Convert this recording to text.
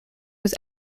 was